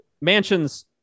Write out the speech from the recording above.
mansions